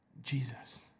Jesus